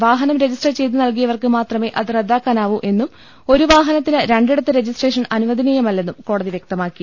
വാഹനം രജിസ്റ്റർ ചെയ്ത് നൽകി യവർക്ക് മാത്രമേ അത് റദ്ദാക്കാനാവൂ എന്നും ഒരു വാഹനത്തിന് രണ്ടിടത്ത് രജിസ്ട്രേഷൻ അനുവദനീയമല്ലെന്നും കോടതി വ്യക്ത മാക്കി